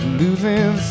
losing